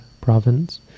province